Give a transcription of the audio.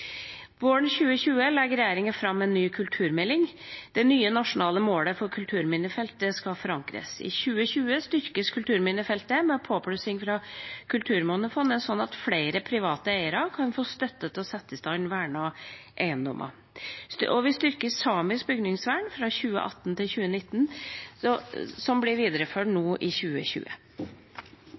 Våren 2020 legger regjeringa fram en ny kulturmelding. Det nye nasjonale målet for kulturminnefeltet skal forankres. I 2020 styrkes kulturminnefeltet med en påplussing fra Kulturminnefondet, slik at flere private eiere kan få støtte til å sette i stand vernede eiendommer. Vi styrket samisk bygningsvern fra 2018 til 2019, og det blir videreført nå i 2020.